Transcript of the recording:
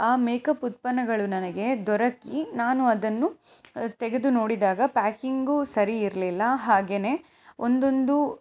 ಆ ಮೇಕಪ್ ಉತ್ಪನ್ನಗಳು ನನಗೆ ದೊರಕಿ ನಾನು ಅದನ್ನು ತೆಗೆದು ನೋಡಿದಾಗ ಪ್ಯಾಕಿಂಗೂ ಸರಿ ಇರಲಿಲ್ಲ ಹಾಗೇನೆ ಒಂದೊಂದು